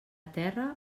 terra